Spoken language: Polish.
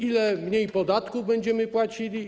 Ile mniej podatku będziemy płacili?